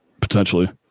Potentially